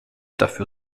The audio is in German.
dafür